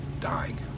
dying